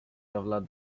kevlar